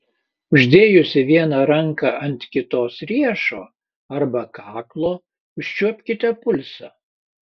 uždėjusi vieną ranką ant kitos riešo arba kaklo užčiuopkite pulsą